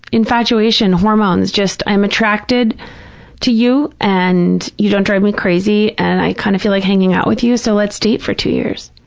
infatuation, hormones, just i'm attracted to you and you don't drive me crazy and i kind of feel like hanging out with you, so let's date for two years.